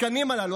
התקנים הללו,